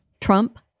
Trump